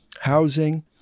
housing